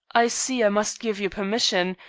i see i must give you permission.